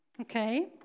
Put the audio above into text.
Okay